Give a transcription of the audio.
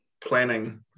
planning